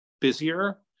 busier